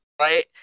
Right